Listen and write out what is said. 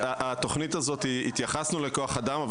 בתוכנית הזאת התייחסנו לכוח אדם,